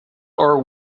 our